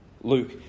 Luke